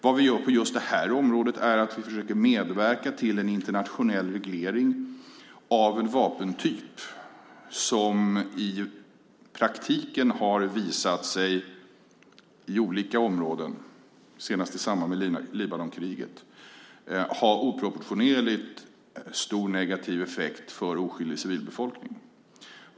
Vad vi gör på just det här området är att vi försöker medverka till en internationell reglering av en vapentyp som i praktiken har visat sig, senast i samband med Libanonkriget, ha oproportionerligt stor negativ effekt för oskyldig civilbefolkning.